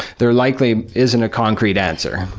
there likely isn't a concrete answer.